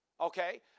Okay